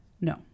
No